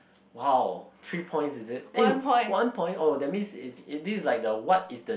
!wow! three points is it eh one point oh that means is is this like the what is the